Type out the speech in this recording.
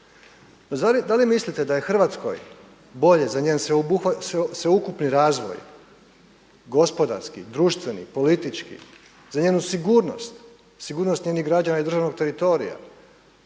Da li mislite da je Hrvatskoj bolje za njen sveukupni razvoj gospodarski, društveni, politički, za njenu sigurnost, sigurnost njenih građana i državnog teritorija